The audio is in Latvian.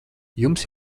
jums